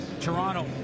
Toronto